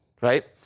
right